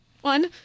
one